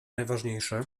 najważniejsze